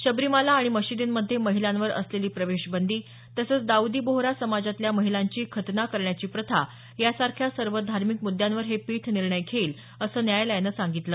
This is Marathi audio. शबरीमाला आणि मशीदींमधे महिलांवर असलेली प्रवेशबंदी तसंच दाऊदी बोहरा समाजातल्या महिलांची खतना करण्याची प्रथा यासारख्या सर्व धार्मिक मुद्यांवर हे पीठ निर्णय घेईल असं न्यायालयानं सांगितलं